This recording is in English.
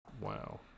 Wow